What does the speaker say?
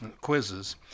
quizzes